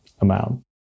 amount